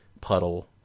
puddle